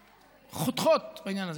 חותכות בעניין הזה,